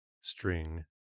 String